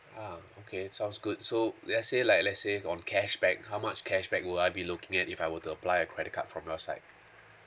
ah okay sounds good so let's say like let's say on cashback how much cashback will I be looking at if I were to apply a credit card from your side